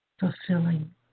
fulfilling